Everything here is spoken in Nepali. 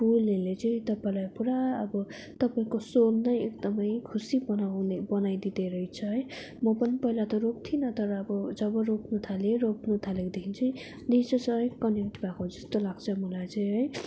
फुलहरूले चाहिँ तपाईँलाई पुरा तपाईँको सोल नै एकदमै खुसी बनाउने बनाइदिँद रहेछ है म पनि पहिला त अब रोप्थिन तर अब जब रोप्नु थाले रोप्नु थालेकोदेखि चाहिँ नेचरसँगै अलिक कनेक्ट भएको जस्तो लाग्छ मलाई है